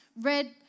red